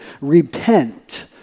repent